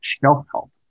self-help